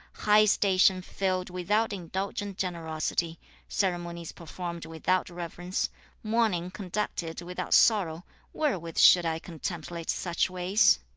high station filled without indulgent generosity ceremonies performed without reverence mourning conducted without sorrow wherewith should i contemplate such ways